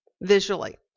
visually